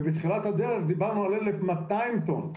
ובתחילת הדרך דיברנו על 1,200 טון,